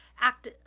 act